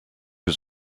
was